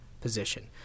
position